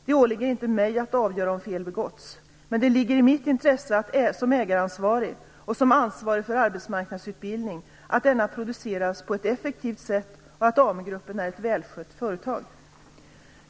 Det åligger inte mig att avgöra om fel begåtts - men det ligger i mitt intresse som ägaransvarig och som ansvarig för arbetsmarknadsutbildning att denna produceras på ett effektivt sätt och att AMU-gruppen är att välskött företag.